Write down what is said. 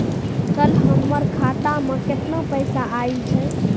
कल हमर खाता मैं केतना पैसा आइल छै?